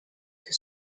que